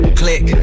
click